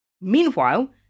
Meanwhile